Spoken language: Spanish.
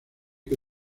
que